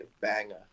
banger